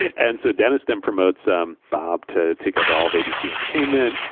and so dennis then promotes um bob to take over all of abc entertainment.